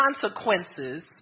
consequences